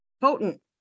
potent